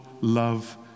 love